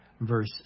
verse